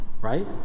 right